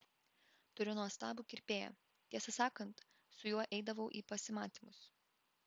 turiu nuostabų kirpėją tiesą sakant su juo eidavau į pasimatymus